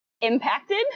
impacted